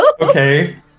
okay